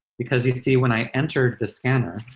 because you see, when i entered the scanner,